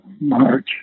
March